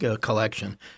collection